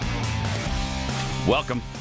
Welcome